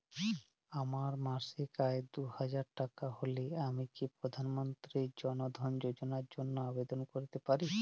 আমার মাসিক আয় দুহাজার টাকা হলে আমি কি প্রধান মন্ত্রী জন ধন যোজনার জন্য আবেদন করতে পারি?